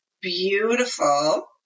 beautiful